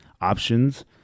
options